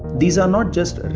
these are not just